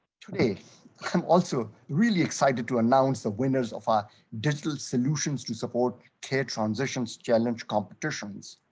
today i'm also really excited to announce the winners of our digital solutions to support care transitions challenge competitions.